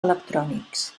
electrònics